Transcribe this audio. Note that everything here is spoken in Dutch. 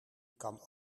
kan